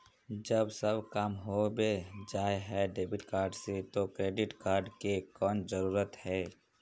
जब सब काम होबे जाय है डेबिट कार्ड से तो क्रेडिट कार्ड की कोन जरूरत है?